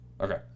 Okay